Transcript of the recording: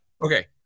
Okay